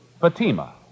Fatima